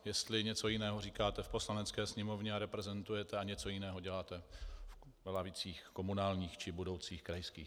Jestli něco jiného říkáte v Poslanecké sněmovně a reprezentujete a něco jiného děláte v lavicích komunálních či budoucích krajských.